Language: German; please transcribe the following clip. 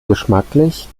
geschmacklich